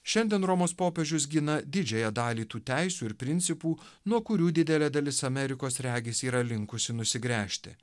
šiandien romos popiežius gina didžiąją dalį tų teisių ir principų nuo kurių didelė dalis amerikos regis yra linkusi nusigręžti